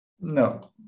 No